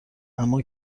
اما